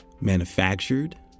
Manufactured